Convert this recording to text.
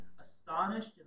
astonished